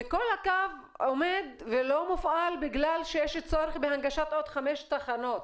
וכל הקו עומד ולא מופעל בגלל שיש צורך בהנגשת עוד חמש תחנות.